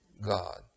God